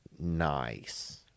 nice